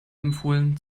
empfohlen